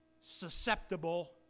susceptible